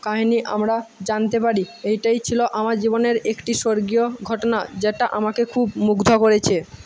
কাহিনি আমরা জানতে পারি এইটাই ছিল আমার জীবনের একটি স্বর্গীয় ঘটনা যেটা আমাকে খুব মুগ্ধ করেছে